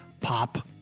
pop